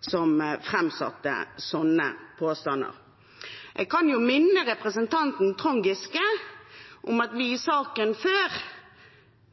som framsatte sånne påstander Jeg kan minne representanten Trond Giske om at vi i saken før